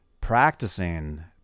practicing